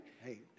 hey